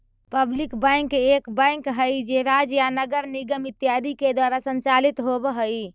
public bank एक bank हइ जे राज्य या नगर निगम इत्यादि के द्वारा संचालित होवऽ हइ